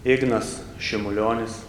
ignas šimulionis